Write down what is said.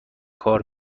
کار